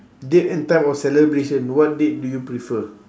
date and time of celebration what date do you prefer